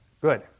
Good